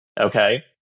okay